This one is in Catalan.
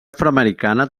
afroamericana